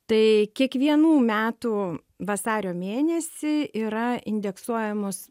tai kiekvienų metų vasario mėnesį yra indeksuojamos